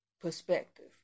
perspective